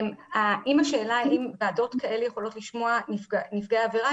אם השאלה האם ועדות כאלה יכולות לשמוע נפגעי עבירה,